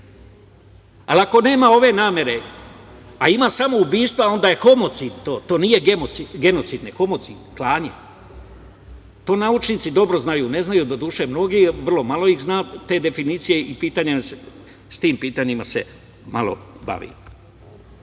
Ali, ako nema ove namere, a ima samoubistva onda je homocid, to nije genocid, nego homocid – klanje. To naučnici dobro znaju, ne znaju doduše mnogi, vrlo malo ih zna te definicije i sa tim pitanjima se malo bavim. Ja